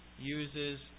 uses